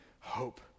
hope